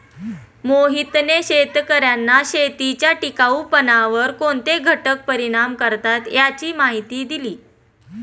मोहितने शेतकर्यांना शेतीच्या टिकाऊपणावर कोणते घटक परिणाम करतात याची माहिती दिली